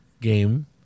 game